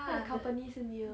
她的 company 是 near